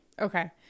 Okay